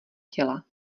těla